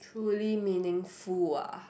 truly meaningful ah